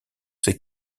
ses